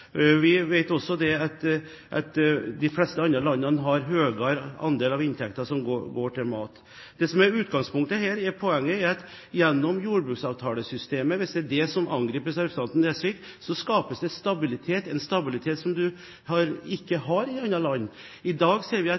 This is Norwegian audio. Vi vet også at i de fleste andre land går en høyere andel av inntekten til mat. Det som er utgangspunktet og poenget her, er at gjennom jordbruksavtalesystemet – hvis det er det som angripes av representanten Nesvik – skapes det stabilitet, en stabilitet som man ikke har i andre land. I dag ser vi at